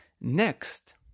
Next